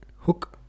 hook